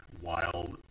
wild